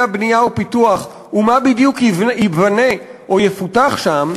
בנייה ופיתוח ומה בדיוק ייבנה או יפותח שם,